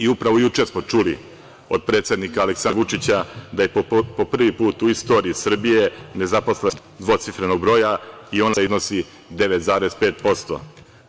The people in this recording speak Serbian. Upravo juče smo čuli od predsednika Aleksandra Vučića da je po prvi put u istoriji Srbije nezaposlenost pala ispod dvocifrenog broja i ona sada iznosi 9,5%